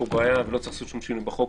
בעיה ולא צריך לעשות שום שינוי בחוק,